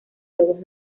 lobos